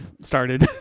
started